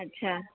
अच्छा